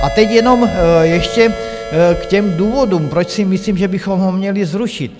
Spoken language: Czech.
A teď jenom ještě k těm důvodům, proč si myslím, že bychom ho měli zrušit.